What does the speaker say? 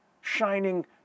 shining